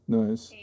nice